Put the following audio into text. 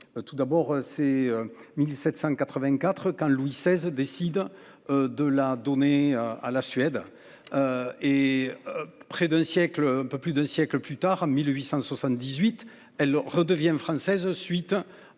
tout d'abord c'est 1784 quand Louis XVI décide. De la donner à à la Suède. Et près d'un siècle. Un peu plus de siècles plus tard. 1878. Elle redevient française suite à.